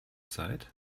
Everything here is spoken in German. zeit